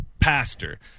Pastor